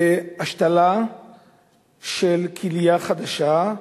השתלה של כליה חדשה,